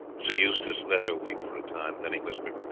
sir eustace let her weep for a time, then he whispered